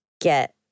get